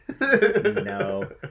No